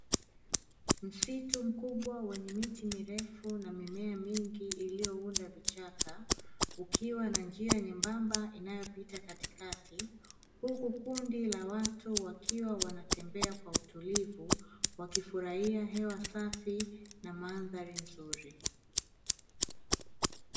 Msitu mkubwa wenye miti mirefu, na mimea mingi iliyounda vichaka, ukiwa na njia nyembamba inayopita katikati, huku kundi la watu wakiwa wanatembea kwa utulivu, wakifurahia hewa safi na mandhari nzuri.